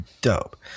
dope